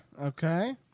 Okay